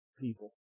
people